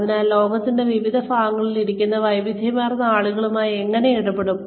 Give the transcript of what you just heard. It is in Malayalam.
അതിനാൽ ലോകത്തിന്റെ വിവിധ ഭാഗങ്ങളിൽ ഇരിക്കുന്ന വൈവിധ്യമാർന്ന ആളുകളുമായി എങ്ങനെ ഇടപെടും